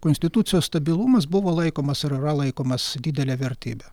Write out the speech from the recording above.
konstitucijos stabilumas buvo laikomas ir yra laikomas didele vertybe